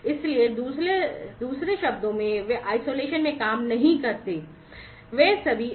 इसलिए दूसरे शब्दों में वे अलगाव हैं सही है